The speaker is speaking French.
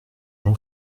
jean